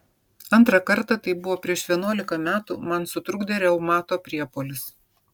antrą kartą tai buvo prieš vienuolika metų man sutrukdė reumato priepuolis